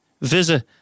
visit